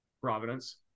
Providence